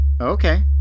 Okay